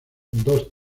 dos